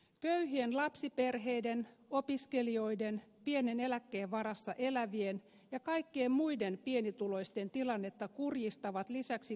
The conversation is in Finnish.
köyhien lapsiperheiden opiskelijoiden pienen eläkkeen varassa elävien ja kaikkien muiden pienituloisten tilannetta kurjistavat lisäksi kuntatalouden ongelmat